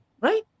right